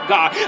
God